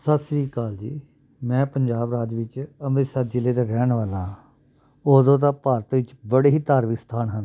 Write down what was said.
ਸਤਿ ਸ਼੍ਰੀ ਅਕਾਲ ਜੀ ਮੈਂ ਪੰਜਾਬ ਰਾਜ ਵਿੱਚ ਅੰਮ੍ਰਿਤਸਰ ਜ਼ਿਲ੍ਹੇ ਦਾ ਰਹਿਣ ਵਾਲਾ ਉਦੋਂ ਤਾਂ ਭਾਰਤ ਵਿਚ ਬੜੇ ਹੀ ਧਾਰਮਿਕ ਅਸਥਾਨ ਹਨ